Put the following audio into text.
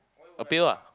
appeal